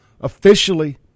officially